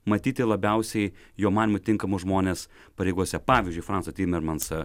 matyti labiausiai jo manymu tinkamus žmones pareigose pavyzdžiui francą mermansą